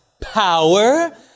Power